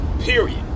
Period